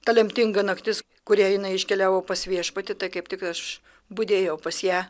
ta lemtinga naktis kurią jinai iškeliavo pas viešpatį tai kaip tik aš budėjau pas ją